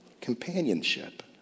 companionship